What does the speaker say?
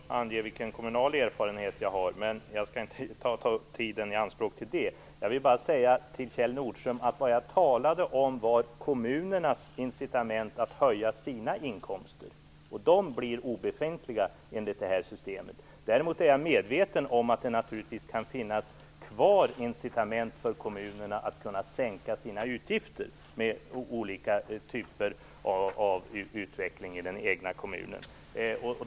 Fru talman! Jag kan nog också ange vilken kommunal erfarenhet jag har, men jag skall inte ta tiden i anspråk med det. Vad jag talade om, Kjell Nordström, var kommunernas incitament att höja sina inkomster. De bli obefintliga med det här systemet. Däremot är jag medveten om att det naturligtvis kan finnas kvar incitament för kommunerna att sänka sina utgifter med olika typer av utveckling i den egna kommunen.